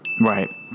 Right